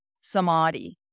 samadhi